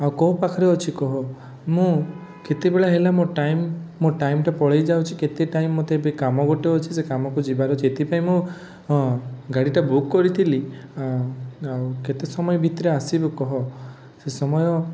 ଆଉ କେଉଁ ପାଖରେ ଅଛୁ କହ ମୁଁ କେତେବେଳ ହେଲା ମୋ ଟାଇମ୍ ମୋ ଟାଇମ୍ଟା ପଳାଇ ଯାଉଛି କେତେ ଟାଇମ୍ ମୋତେ ଏବେ କାମ ଗୋଟେ ଅଛି ସେ କାମକୁ ଯିବାର ଅଛି ଏଥିପାଇଁ ମୁଁ ହଁ ଗାଡ଼ିଟା ବୁକ୍ କରିଥିଲି ଆଉ କେତେ ସମୟ ଭିତରେ ଆସିବୁ କହ ସେ ସମୟ